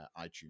iTunes